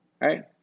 Right